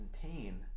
contain